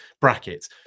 brackets